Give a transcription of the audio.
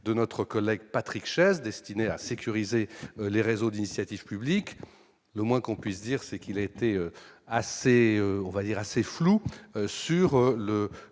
de notre collègue Patrick Chess destiné à sécuriser les réseaux d'initiative publique, le moins qu'on puisse dire, c'est qu'il a été assez on va